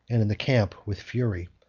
and in the camp with fury.